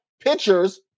pitchers –